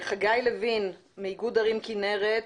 לחגי לוין מאיגוד ערים כנרת,